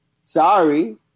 sorry